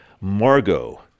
Margot